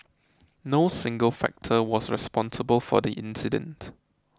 no single factor was responsible for the incident